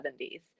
70s